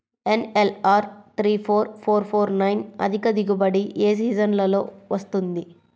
NLR three four four four nine అధిక దిగుబడి ఏ సీజన్లలో వస్తుంది?